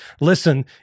listen